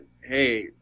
hey